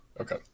Okay